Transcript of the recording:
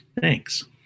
Thanks